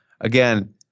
again